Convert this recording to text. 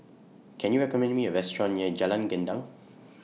Can YOU recommend Me A Restaurant near Jalan Gendang